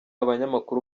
abanyamakuru